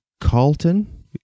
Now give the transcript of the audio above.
Carlton